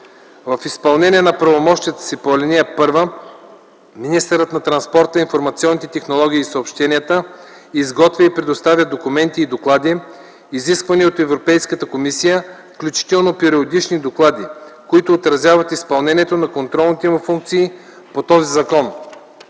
В изпълнение на правомощията си по ал. 1 министърът на транспорта, информационните технологии и съобщенията изготвя и предоставя документи и доклади, изисквани от Европейската комисия, включително периодични доклади, които отразяват изпълнението на контролните му функции по този закон.